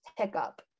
Pickup